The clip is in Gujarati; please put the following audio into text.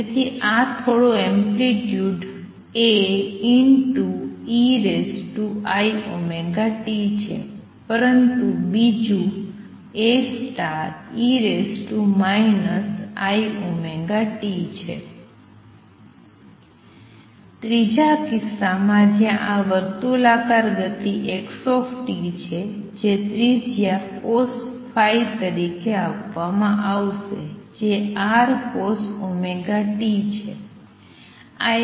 તેથી આ થોડો એમ્પ્લિટ્યુડ Aeiωt છે ઉપરાંત બીજું Ae iωt છે ત્રીજા કિસ્સામાં જ્યાં આ વર્તુલાકાર ગતિ x છે જે ત્રિજ્યા cosϕ તરીકે આપવામાં આવશે જે Rcosωt છે